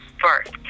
first